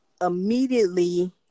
immediately